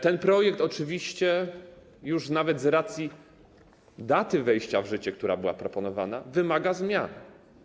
Ten projekt oczywiście, już nawet z racji daty wejścia w życie, która była proponowana, wymaga zmian.